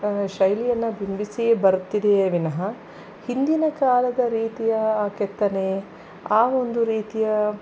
ಶೈಲಿಯನ್ನ ಬಿಂಬಿಸಿಯೇ ಬರುತ್ತಿದೆಯೇ ವಿನಹ ಹಿಂದಿನ ಕಾಲದ ರೀತಿಯ ಆ ಕೆತ್ತನೆ ಆವೊಂದು ರೀತಿಯ